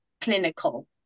clinical